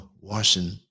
washing